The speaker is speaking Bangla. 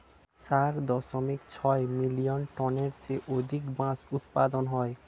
চার দশমিক ছয় মিলিয়ন টনের চেয়ে অধিক বাঁশ উৎপাদন হয়